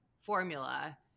formula